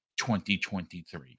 2023